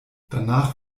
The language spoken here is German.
danach